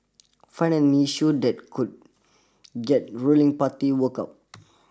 find an issue that could get ruling party work up